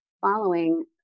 following